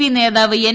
P നേതാവ് N